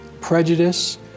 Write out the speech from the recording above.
prejudice